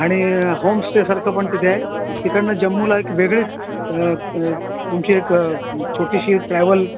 आणि होमस्टेसारखं पण तिथे आहे तिकडून जम्मूला एक वेगळीच तुमची एक छोटीशी ट्रॅव्हल